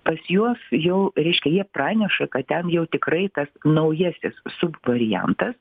pas juos jau reiškia jie praneša kad ten jau tikrai tas naujasis subvariantas